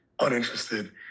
uninterested